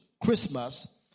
Christmas